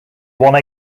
one